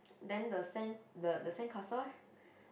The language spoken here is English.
then the sand the the sandcastle lor